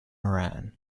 moran